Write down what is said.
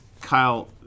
Kyle